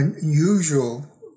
unusual